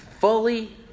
fully